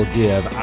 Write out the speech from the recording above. give